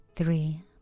Three